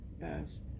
Yes